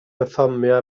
perfformio